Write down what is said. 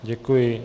Děkuji.